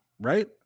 right